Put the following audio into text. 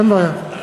אין בעיה.